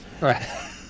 Right